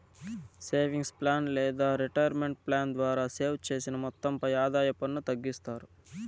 savings plan లేదా retirement plan ద్వారా save చేసిన మొత్తంపై ఆదాయ పన్ను తగ్గిస్తారు